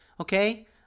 Okay